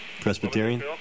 Presbyterian